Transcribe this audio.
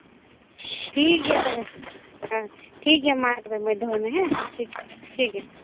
ᱴᱷᱤᱠ ᱜᱮᱭᱟ ᱛᱚᱵᱮ ᱴᱷᱤᱠ ᱜᱮᱭᱟ ᱢᱟ ᱛᱚᱵᱮ ᱢᱟᱹᱭ ᱫᱚᱦᱚᱭ ᱢᱮ ᱴᱷᱤᱠ ᱴᱷᱤᱠ ᱜᱮᱭᱟ